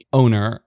owner